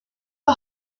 for